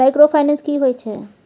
Microfinance की होय छै?